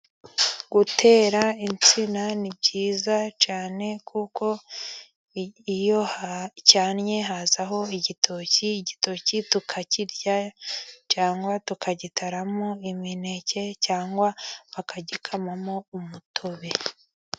Gutera insina ni byiza cyane, kuko iyo cyannye hazaho igitoki, igitoki tukakirya, cyangwa tukagitaramo imineke, cyangwa bakagikamamo umutobe.